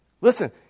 Listen